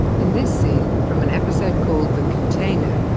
in this scene from an episode called the container,